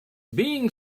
being